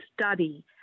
study